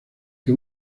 que